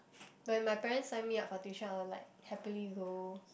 when my parents sign me up for tuition I will like happily go